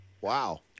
wow